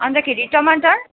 अन्तखेरि टमाटर